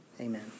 Amen